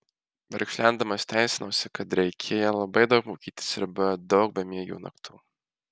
verkšlendamas teisinausi kad reikėję labai daug mokytis ir buvę daug bemiegių naktų